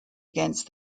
against